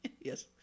Yes